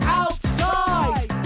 outside